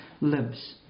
lives